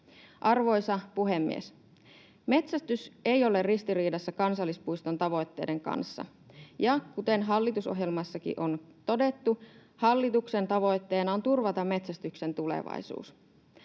Arvoisa puhemies! Metsästys ei ole ristiriidassa kansallispuiston tavoitteiden kanssa, ja kuten hallitusohjelmassakin on todettu, hallituksen tavoitteena on turvata metsästyksen tulevaisuus.